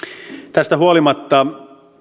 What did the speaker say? tästä huolimatta